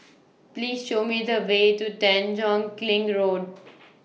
Please Show Me The Way to Tanjong Kling Road